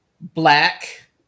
black